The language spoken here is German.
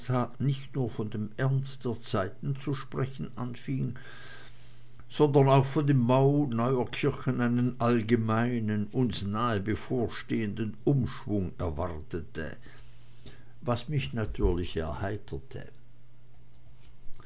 nicht nur von dem ernst der zeiten zu sprechen anfing sondern auch von dem bau neuer kirchen einen allgemeinen uns nahe bevorstehenden umschwung erwartete was mich natürlich erheiterte